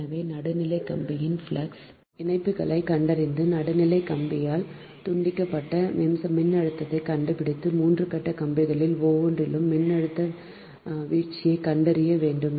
எனவே நடுநிலை கம்பியின் ஃப்ளக்ஸ் இணைப்புகளைக் கண்டறிந்து நடுநிலை கம்பியில் தூண்டப்பட்ட மின்னழுத்தத்தைக் கண்டுபிடித்து 3 கட்ட கம்பிகளில் ஒவ்வொன்றிலும் மின்னழுத்த வீழ்ச்சியைக் கண்டறிய வேண்டும்